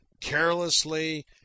carelessly